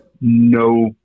no